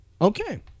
okay